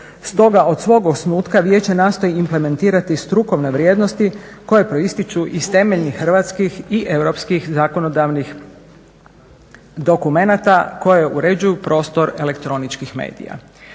Stoga od svog osnutka Vijeće nastoji implementirati strukovne vrijednosti koje proističu iz temeljnih hrvatskih i europskih zakonodavnih dokumenata koje uređuju prostor elektroničkih medija.